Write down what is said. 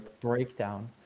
breakdown